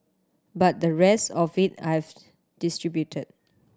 but the rest of it I've distributed